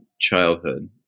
childhood